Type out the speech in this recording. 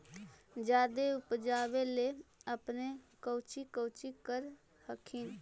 जादे उपजाबे ले अपने कौची कौची कर हखिन?